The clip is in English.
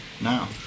now